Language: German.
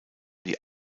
die